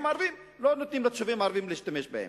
ערבים לא נותנים לתושבים הערבים להשתמש בהן.